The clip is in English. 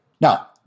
Now